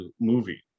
movie